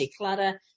declutter